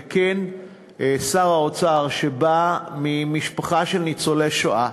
וכן, שר האוצר בא ממשפחה של ניצולי שואה,